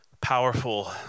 powerful